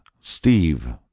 Steve